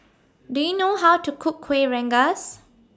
Do YOU know How to Cook Kuih Rengas